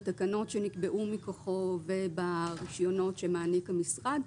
בתקנות שנקבעו מכוחו וברישיונות שמעניק המשרד,